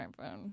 smartphone